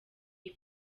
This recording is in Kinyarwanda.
iyi